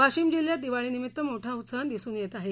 वाशिम जिल्ह्यात दिवाळीनिमित्त मोठ उत्साह दिसून येत आहे